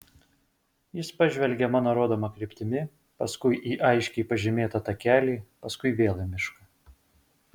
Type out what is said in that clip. jis pažvelgė mano rodoma kryptimi paskui į aiškiai pažymėtą takelį paskui vėl į mišką